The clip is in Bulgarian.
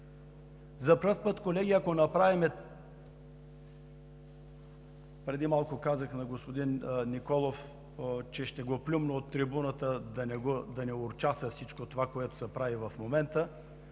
За първи път, колеги, ако направим – преди малко казах на господин Николов, че ще го „плювна“ от трибуната да не урочаса всичко това, което се прави в момента,